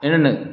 इन्हनि